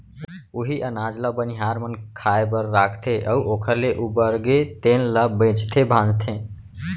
उहीं अनाज ल बनिहार मन खाए बर राखथे अउ ओखर ले उबरगे तेन ल बेचथे भांजथे